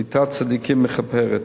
מיתת צדיקים מכפרת.